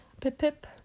Pip-pip